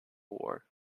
war